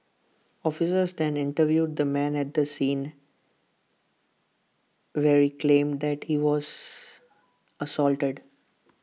officers then interviewed the man at the scene where he claimed that he was assaulted